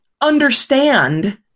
understand